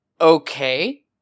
Okay